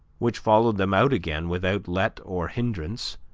which followed them out again without let or hindrance,